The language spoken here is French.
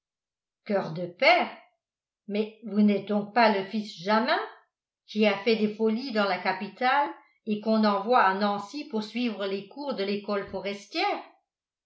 coeur de père mais vous n'êtes donc pas le fils jamin qui a fait des folies dans la capitale et qu'on envoie à nancy pour suivre les cours de l'école forestière